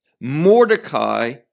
Mordecai